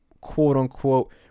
quote-unquote